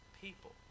people